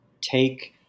take